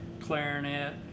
clarinet